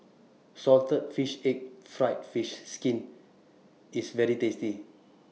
Salted Fish Egg Fried Fish Skin IS very tasty